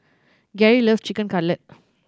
Gary loves Chicken Cutlet